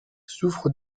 souffre